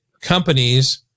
companies